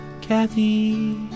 Kathy